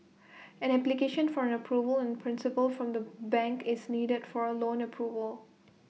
an application for an approval in principle from the bank is needed for loan approval